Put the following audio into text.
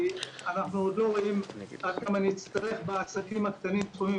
כי אנחנו עוד לא רואים עד כמה נצטרך בעסקים הקטנים סכומים